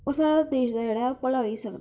ते ओह् साढ़ा देश जेह्ड़ा ऐ ओह् भला होई सकदा